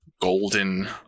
golden